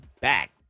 back